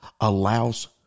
allows